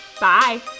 Bye